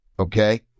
Okay